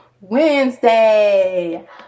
wednesday